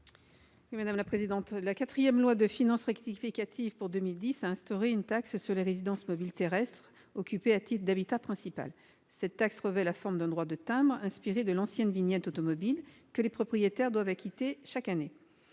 ? La quatrième loi de finances rectificative pour 2010 a instauré une taxe sur les résidences mobiles terrestres occupées à titre d'habitat principal. Cette taxe revêt la forme d'un droit de timbre, inspiré de l'ancienne vignette automobile, que les propriétaires doivent acquitter chaque année.